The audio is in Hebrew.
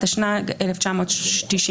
התשנ"ג 1993."